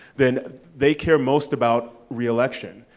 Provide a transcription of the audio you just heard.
then they care most about re-election.